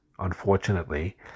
unfortunately